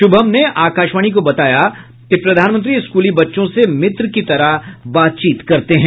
शुभम ने आकाशवाणी को बताया कि प्रधानमंत्री स्कूली बच्चों से मित्र की तरह बातचीत करते हैं